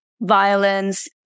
violence